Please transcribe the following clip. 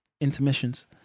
intermissions